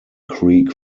creek